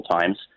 times